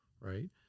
right